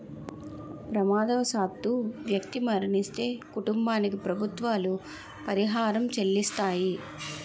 ప్రమాదవశాత్తు వ్యక్తి మరణిస్తే కుటుంబానికి ప్రభుత్వాలు పరిహారం చెల్లిస్తాయి